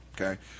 okay